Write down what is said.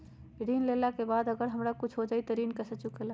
ऋण लेला के बाद अगर हमरा कुछ हो जाइ त ऋण कैसे चुकेला?